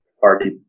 party